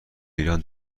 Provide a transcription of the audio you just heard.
ایران